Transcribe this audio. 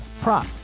prop